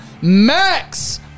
Max